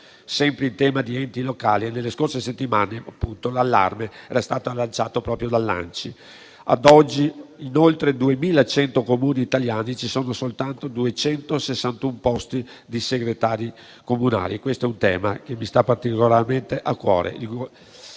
Sempre in tema di enti locali, nelle scorse settimane l'allarme era stato lanciato proprio dall'ANCI: ad oggi, in oltre 2.100 Comuni italiani ci sono soltanto 261 posti di segretari comunali, e questo è un tema che mi sta particolarmente a cuore.